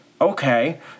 Okay